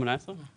מגיל 18?